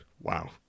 Wow